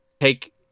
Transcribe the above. take